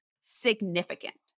significant